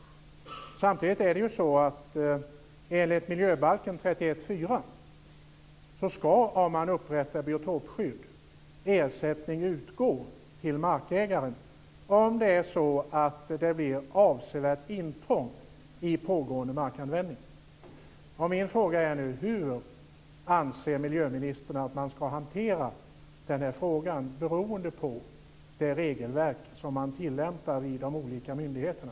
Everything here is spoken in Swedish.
Enligt miljöbalken 31 kap. 4 § ska ersättning utgå till markägaren om man upprättar biotopskydd och det blir ett avsevärt intrång i pågående markanvändning. Min fråga är nu: Hur anser miljöministern att man ska hantera den här frågan, beroende på det regelverk som man tillämpar i de olika myndigheterna?